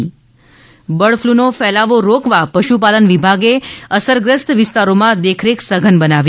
ે બર્ડ ફ્લુનો ફેલાવો રોકવા પશુપાલન વિભાગે અસરગ્રસ્ત વિસ્તારોમાં દેખરેખ સઘન બનાવી